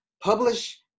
Publish